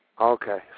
Okay